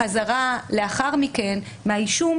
החזרה לאחר מכן מהאישום,